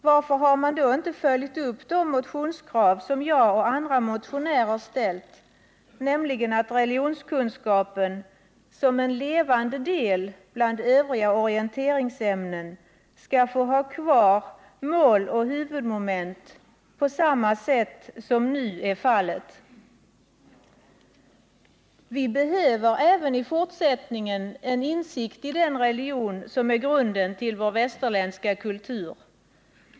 Varför har man då inte följt upp de motionskrav som jag och andra motionärer framfört, nämligen att ämnet religionskunskap som en levande del bland övriga orienteringsämnen skall få ha kvar sin utformning med mål och huvudmoment? Vi behöver även i fortsättningen en insikt i den religion som är grunden för vår västerländska kultur.